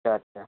আচ্ছা